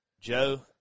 Joe